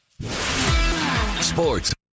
Sports